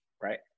right